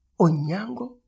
Onyango